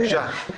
בבקשה.